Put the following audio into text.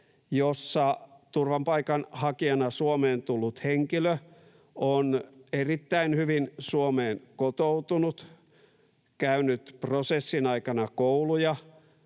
joissa turvapaikanhakijana Suomeen tullut henkilö on erittäin hyvin Suomeen kotoutunut, käynyt prosessin aikana kouluja,